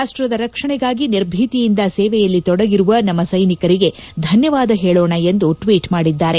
ರಾಷ್ವದ ರಕ್ಷಣೆಗಾಗಿ ನಿರ್ಭೀತಿಯಿಂದ ಸೇವೆಯಲ್ಲಿ ತೊಡಗಿರುವ ನಮ್ಮ ಸ್ನೆನಿಕರಿಗೆ ಧನ್ಭವಾದ ಹೇಳೋಣ ಎಂದು ಟ್ಲೇಟ್ ಮಾಡಿದ್ದಾರೆ